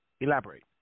Elaborate